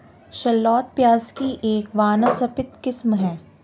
shallot प्याज़ की एक वानस्पतिक किस्म है